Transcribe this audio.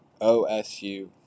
OSU